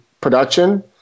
production